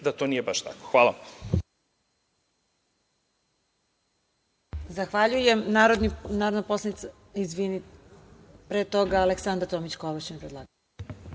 da to nije baš tako. Hvala